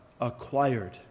acquired